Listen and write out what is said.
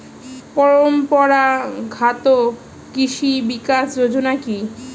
পরম্পরা ঘাত কৃষি বিকাশ যোজনা কি?